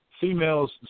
Females